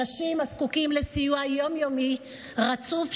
אנשים הזקוקים לסיוע יום-יומי רצוף,